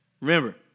Remember